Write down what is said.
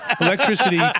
Electricity